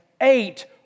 eight